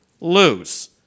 lose